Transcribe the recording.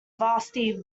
varsity